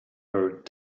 heard